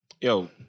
Yo